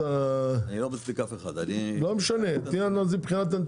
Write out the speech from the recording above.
אני לא מצדיק אף אחד, אני הצגתי את הנתונים.